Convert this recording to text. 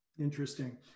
Interesting